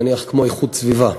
נניח כמו איכות סביבה,